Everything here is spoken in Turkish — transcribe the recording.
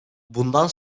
bundan